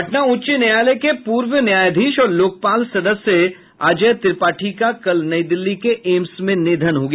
पटना उच्च न्यायालय के पूर्व न्यायाधीश और लोकपाल सदस्य अजय त्रिपाठी का कल नई दिल्ली के एम्स में निधन हो गया